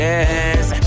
Yes